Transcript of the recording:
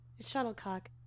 shuttlecock